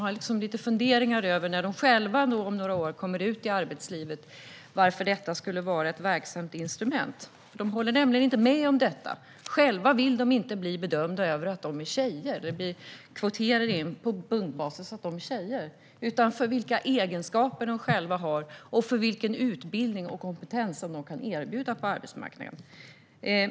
Selma och Sophie har en del funderingar om varför det här, när de själva om några år kommer ut i arbetslivet, skulle vara ett verksamt instrument. De håller nämligen inte med om det. Själva vill de inte bli bedömda utifrån eller inkvoterade på basis av att de är tjejer utan för vilka egenskaper de själva har och för vilken utbildning och kompetens de kan erbjuda på arbetsmarknaden.